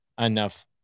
enough